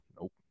nope